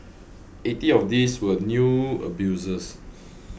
eighty of these were new abusers